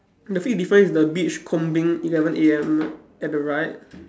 the fifth difference is the beach combing eleven A_M at the right